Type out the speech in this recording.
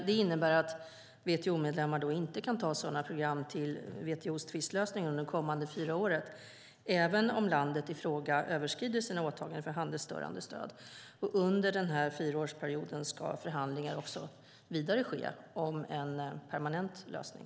Det innebär att WTO-medlemmar inte kan ta sådana program till WTO:s tvistlösning under de kommande fyra åren även om landet i fråga överskrider sina åtaganden för handelsstörande stöd. Under fyraårsperioden ska förhandlingar också vidare ske om en permanent lösning.